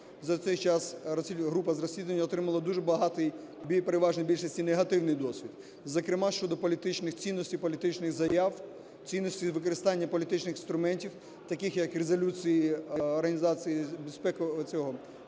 За цей час група з розслідування отримала дуже багатий і у переважній більшості негативний досвід, зокрема щодо політичних цінностей, політичних заяв, цінностей використання політичних інструментів таких, як резолюції